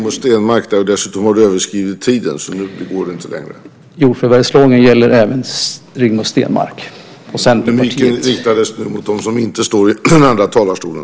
Owe, det är inte replik till Rigmor Stenmark där. Kritiken riktades mot dem som inte står i den andra talarstolen.